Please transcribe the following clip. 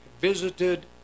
visited